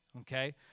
okay